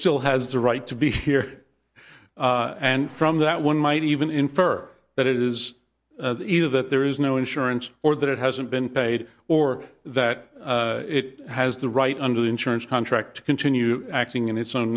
still has the right to be here and from that one might even infer that it is either that there is no insurance or that it hasn't been paid or that it has the right under the insurance contract to continue acting in its own